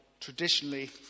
traditionally